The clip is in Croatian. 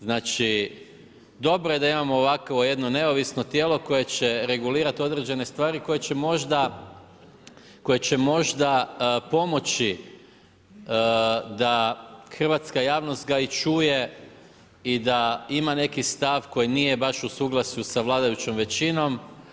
Znači dobro je da imamo ovakvo jedno neovisno tijelo koje će regulirati određene stvari koje će možda pomoći da hrvatska javnost ga i čuje i da ima neki stav koji nije baš u suglasju sa vladajućom većinom.